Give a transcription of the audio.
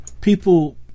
people